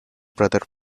brothers